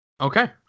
Okay